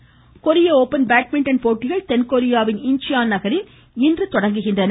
badminton கொரிய open badminton போட்டிகள் தென்கொரியாவின் இன்ச்சியான் நகரில் இன்று தொடங்குகின்றன